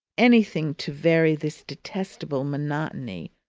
anything to vary this detestable monotony.